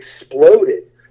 exploded